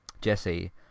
Jesse